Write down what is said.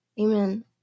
Amen